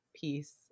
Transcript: piece